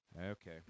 Okay